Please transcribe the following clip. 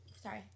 Sorry